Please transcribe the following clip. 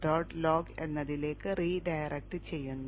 log എന്നതിലേക്ക് redirect ചെയ്യുന്നു